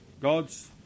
God's